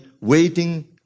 waiting